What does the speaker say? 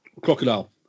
Crocodile